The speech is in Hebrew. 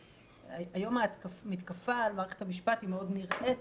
היום המתקפה על מערכת המשפט היא מאוד נראית,